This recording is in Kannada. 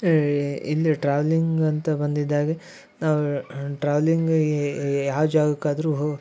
ಇಲ್ಲಿ ಟ್ರಾವ್ಲಿಂಗ್ ಅಂತ ಬಂದಿದ್ದಾಗೆ ನಾವು ಟ್ರಾವ್ಲಿಂಗಿಗೆ ಏ ಯಾವ ಜಾಗಕ್ಕಾದರೂ ಹೋ